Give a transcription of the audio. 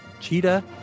Cheetah